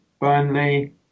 Burnley